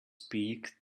peak